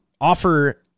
offer